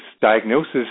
diagnosis